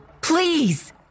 Please